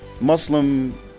Muslim